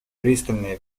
пристальное